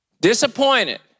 disappointed